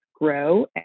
grow